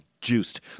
juiced